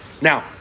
Now